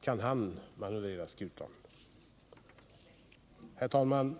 Kan han manövrera skutan? Herr talman!